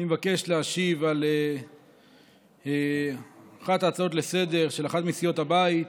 אני מבקש להשיב על אחת ההצעות לסדר-היום של אחת מסיעות הבית,